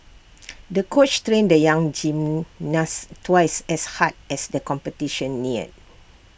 the coach trained the young gymnast twice as hard as the competition neared